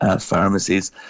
pharmacies